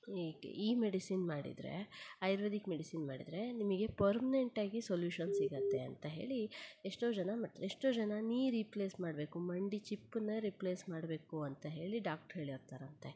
ಈಗ ಈ ಮೆಡಿಸಿನ್ ಮಾಡಿದರೆ ಆಯುರ್ವೇದಿಕ್ ಮೆಡಿಸಿನ್ ಮಾಡಿದ್ರೆ ನಿಮಗೆ ಪರ್ಮ್ನೆಂಟಾಗಿ ಸೊಲ್ಯೂಷನ್ ಸಿಗತ್ತೆ ಅಂತ ಹೇಳಿ ಎಷ್ಟೋ ಜನ ಮಾಡ್ತಾರೆ ಎಷ್ಟೋ ಜನ ನೀ ರಿಪ್ಲೇಸ್ ಮಾಡಬೇಕು ಮಂಡಿ ಚಿಪ್ಪನ್ನು ರಿಪ್ಲೇಸ್ ಮಾಡಬೇಕು ಅಂತ ಹೇಳಿ ಡಾಕ್ಟ್ರ್ ಹೇಳಿರ್ತಾರಂತೆ